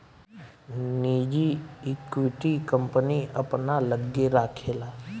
निजी equity, company अपना लग्गे राखेला